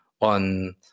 on